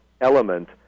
element